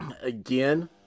Again